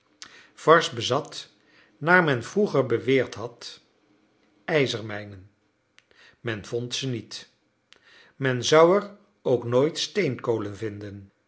varses bezat naar men vroeger beweerd had ijzermijnen men vond ze niet men zou er ook nooit steenkolen vinden